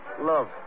Love